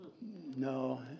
no